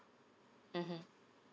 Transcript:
mmhmm